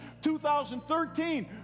2013